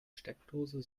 steckdose